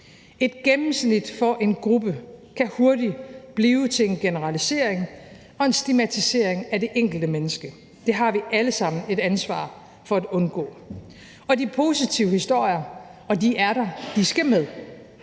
Et gennemsnit for en gruppe kan hurtigt blive til en generalisering og en stigmatisering af det enkelte menneske. Det har vi alle sammen et ansvar for at undgå. De positive historier, og de er der, skal med.